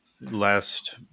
last